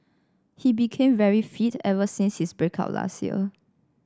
he became very fit ever since his break up last year